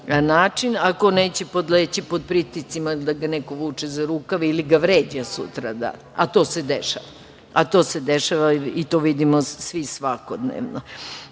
ako neće podleći pod pritiscima da ga neko vuče za rukav ili ga vređa sutra, a to se dešava. To se dešava i to vidimo svi svakodnevno. Kažem,